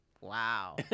Wow